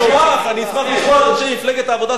אשמח לשמוע את אנשי מפלגת העבודה,